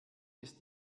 ist